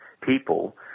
people